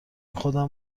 خودم